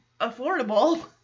affordable